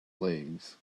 legs